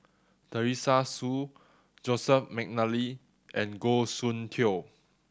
Teresa Hsu Joseph McNally and Goh Soon Tioe